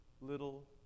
little